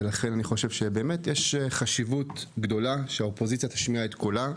לכן אני רואה חשיבות גדולה בכך שהאופוזיציה תשמיע את קולה,